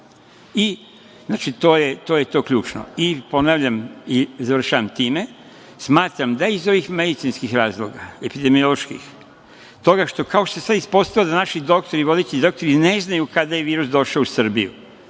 situacije. To je ključno. Ponavljam i završavam time, smatram da iz ovih medicinskih razloga, epidemioloških, toga što se sad ispostavilo da naši vodeći doktori ne znaju kada je virus došao u Srbiju,